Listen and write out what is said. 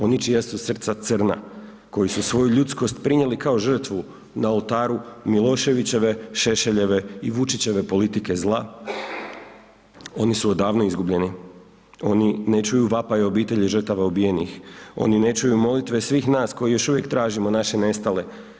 Oni čija su srca crna, koji su svoju ljudskost prinijeli kao žrtvu na oltaru Miloševićeve, Šešeljeve i Vučićeve politike zla oni su odavno izgubljeni, oni ne čuju vapaj obitelji žrtava ubijenih, oni ne čuju molitve svih nas koji još uvijek tražimo naše nestale.